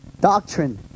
doctrine